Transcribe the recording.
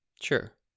Sure